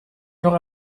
noch